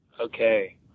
Okay